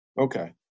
Okay